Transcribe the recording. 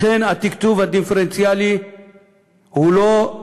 לכן התקצוב הדיפרנציאלי הוא לא,